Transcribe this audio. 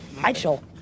Michael